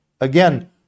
again